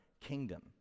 kingdom